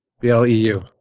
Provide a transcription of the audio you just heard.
B-L-E-U